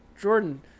Jordan